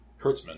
Kurtzman